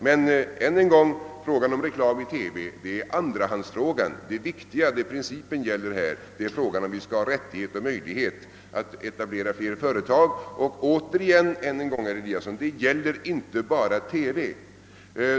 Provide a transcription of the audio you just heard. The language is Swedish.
Men än en gång vill jag framhålla att spörsmålet om reklam i TV är en andrahandsfråga. Det viktiga, principen, gäller om vi skall ha rättighet och möjlighet att etablera flera företag och jag upprepar, herr Eliasson, att det inte endast är fråga om TV.